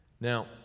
Now